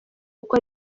kuko